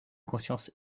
conscience